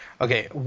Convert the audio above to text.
Okay